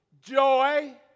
joy